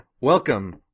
Welcome